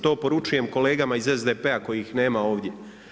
To poručujem kolegama iz SDP-a kojih nema ovdje.